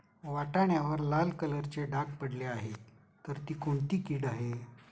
वाटाण्यावर लाल कलरचे डाग पडले आहे तर ती कोणती कीड आहे?